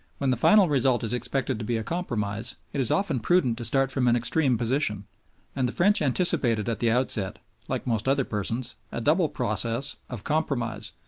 when the final result is expected to be a compromise, it is often prudent to start from an extreme position and the french anticipated anticipated at the outset like most other persons a double process of compromise,